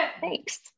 Thanks